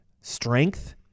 strength